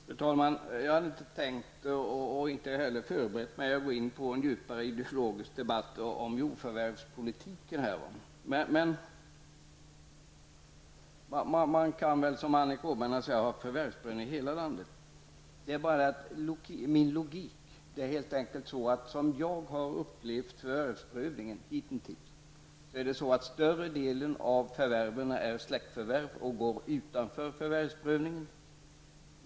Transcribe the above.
Fru talman! Jag hade inte tänkt, och har heller inte förberett mig för, att gå in i en djupare ideologisk debatt om jordförvärvspolitiken. Annika Åhnberg sade att man kan ha förvärvsprövning i hela landet. Men min logik säger mig att på det sättet som jag har upplevt förvärvsprövning hitintills är större delen av förvärven släktförvärv och går utanför förvärvsprövningen.